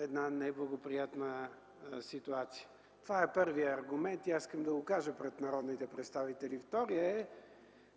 една неблагоприятна ситуация. Това е първият аргумент и аз искам да го кажа пред народните представители. Вторият